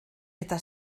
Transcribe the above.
eta